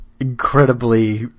incredibly